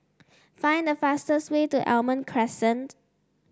find the fastest way to Almond Crescent